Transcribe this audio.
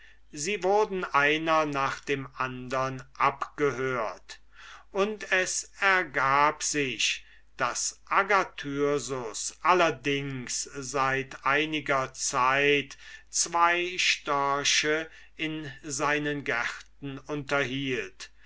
sie wurden einer nach dem andern abgehört und es ergab sich daß agathyrsus allerdings seit einiger zeit zween störche in seinen gärten unterhielt